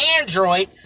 android